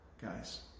Guys